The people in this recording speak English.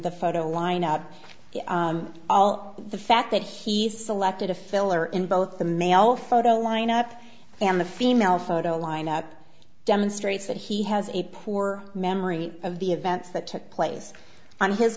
the photo lineup all the fact that he selected a filler in both the male photo lineup and the female photo lineup demonstrates that he has a poor memory of the events that took place on his